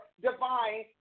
divine